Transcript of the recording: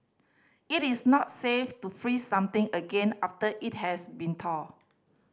it is not safe to freeze something again after it has been thawed